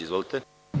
Izvolite.